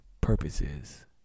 purposes